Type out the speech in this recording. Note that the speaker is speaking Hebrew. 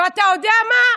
ואתה יודע מה?